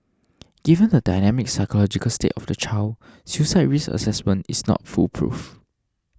given the dynamic psychological state of the child suicide risk assessment is not foolproof